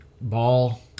ball